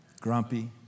Grumpy